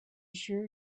sure